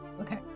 Okay